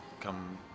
come